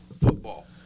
football